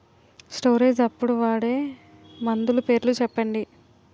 Storage అప్పుడు వాడే మందులు పేర్లు చెప్పండీ?